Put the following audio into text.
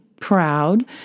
proud